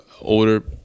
older